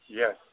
yes